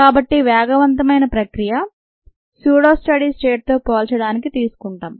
కాబట్టి వేగవంతమైన ప్రక్రియ స్యూడో స్టడీ స్టేట్తో పోల్చడానికి తీసుకుంటాం